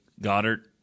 Goddard